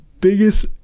biggest